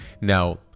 now